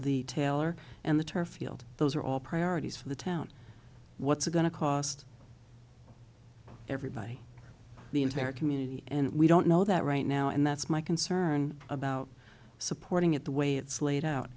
the tailor and the turf field those are all priorities for the town what's it going to cost everybody the entire community and we don't know that right now and that's my concern about supporting it the way it's laid out